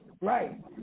Right